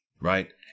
right